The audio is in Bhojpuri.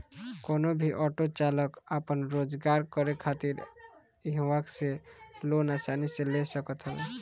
कवनो भी ऑटो चालाक आपन रोजगार करे खातिर इहवा से लोन आसानी से ले सकत हवे